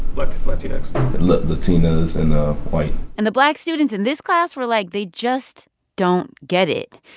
but latinas latinas and white and the black students in this class were, like, they just don't get it.